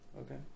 Okay